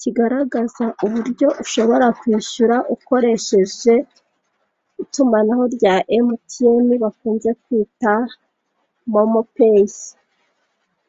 Kigaragaza uburyo ushobora kwishyura ukoresheje itumanaho rya emutiyeni, bakunze kwita momopeyi.